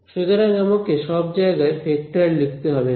সুতরাং আমাকে সব জায়গায় ভেক্টর লিখতে হবে না